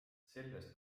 sellest